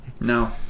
No